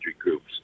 groups